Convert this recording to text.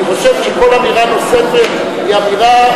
אני חושב שכל אמירה נוספת היא אמירה